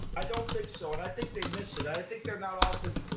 i don't think so, and i think they missed it. i think they're not often,